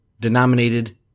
denominated